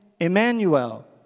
Emmanuel